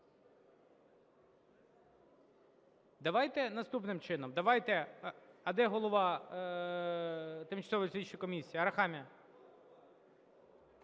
Давайте наступним чином. Давайте… А де голова тимчасової слідчої комісії? Арахамія.